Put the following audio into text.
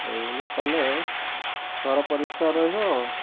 ଏଇଭଳି କଲେ ଘର ପରିଷ୍କାର ରହିବ ଆଉ